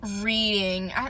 reading